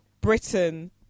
Britain